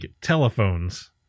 telephones